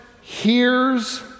Hears